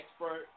expert